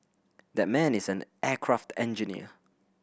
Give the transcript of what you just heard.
that man is an aircraft engineer